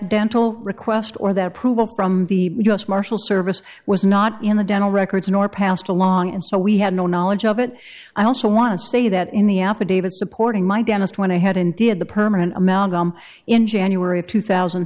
dental request or that approval from the u s marshal service was not in the dental records nor passed along and so we had no knowledge of it i also want to say that in the affidavit supporting my dentist went ahead and did the permanent amalgam in january of two thousand